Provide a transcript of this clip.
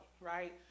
right